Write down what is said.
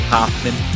Hoffman